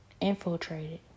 infiltrated